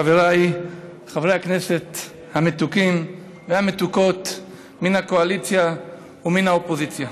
חבריי חברי הכנסת המתוקים והמתוקות מן הקואליציה ומן האופוזיציה,